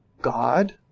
God